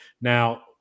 Now